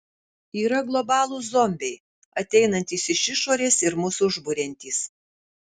yra globalūs zombiai ateinantys iš išorės ir mus užburiantys